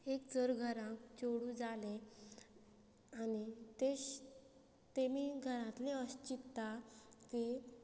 एक जर घरांक चेडूं जालें आनी तेश तेमी घरांतलें अशें चिंतता की